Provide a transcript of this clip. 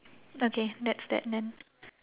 okay that's that then